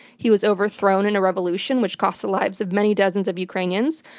he was overthrown in a revolution which cost the lives of many dozens of ukrainians.